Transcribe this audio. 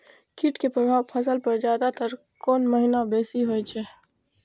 कीट के प्रभाव फसल पर ज्यादा तर कोन महीना बेसी होई छै?